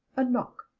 a knock.